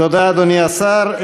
תודה, אדוני השר.